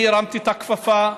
אני הרמתי את הכפפה.